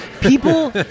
people